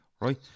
right